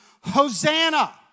Hosanna